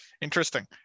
Interesting